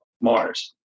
Mars